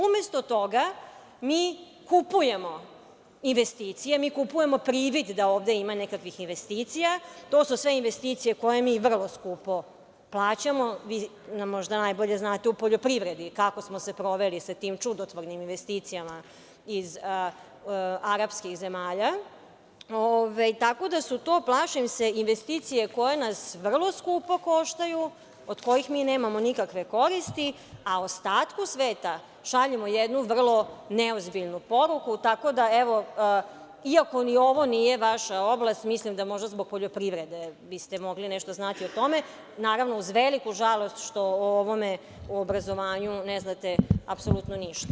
Umesto toga, mi kupujemo investicije, mi kupujemo privid da ovde ima nekakvih investicija, to su sve investicije koje mi vrlo skupo plaćamo, vi možda najbolje znate u poljoprivredi kako smo se proveli sa tim čudotvornim investicijama iz arapskih zemalja, tako da su to, plašim se, investicije koje nas vrlo skupo koštaju, od kojih mi nemamo nikakve koristi, a ostatku sveta šaljemo jednu vrlo neozbiljnu poruku, tako da, iako ni ovo nije vaša oblast, mislim da možda zbog poljoprivrede biste mogli nešto znati o tome, naravno, uz veliku žalost što o obrazovanju ne znate apsolutno ništa.